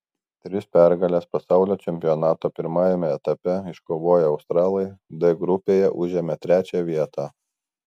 tris pergales pasaulio čempionato pirmajame etape iškovoję australai d grupėje užėmė trečią vietą